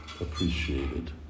appreciated